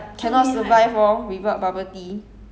I think never lao sai lah so I think should be fine